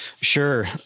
Sure